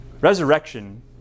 resurrection